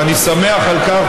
ואני שמח על כך,